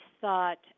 thought